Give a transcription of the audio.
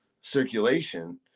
circulation